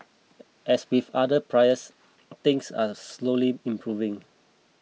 as with other pries things are slowly improving